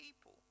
people